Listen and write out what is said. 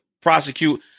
prosecute